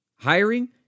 Hiring